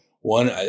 One